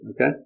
okay